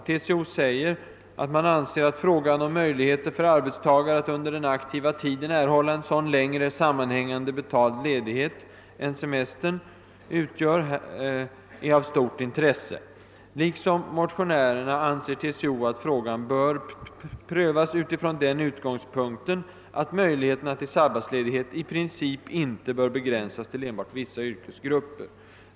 »TCO anser att frågan om möjligheter för arbetstagare att under den aktiva tiden erhålla en sådan längre sammanhängande betald ledighet än semestern utgör är av stort intresse. Liksom motionärerna anser TCO att frågan bör prövas utifrån den utgångspunkten att möjligheterna till sabbatsledighet i princip inte bör begränsas till enbart vissa yrkesgrupper.